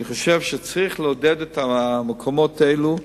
אני חושב שצריך לעודד את המקומות האלה,